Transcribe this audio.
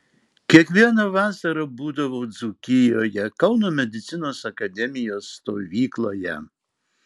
kiekvieną vasarą būdavau dzūkijoje kauno medicinos akademijos stovykloje